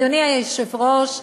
אדוני היושב-ראש,